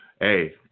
Hey